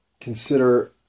consider